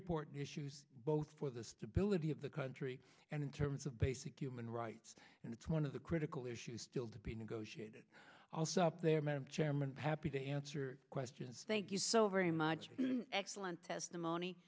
important issues both for the stability of the country and in terms of basic human rights and it's one of the critical issues still to be negotiated also up there madam chairman happy to answer questions thank you so very much excellent testimony